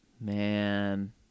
man